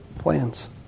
plans